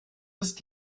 ist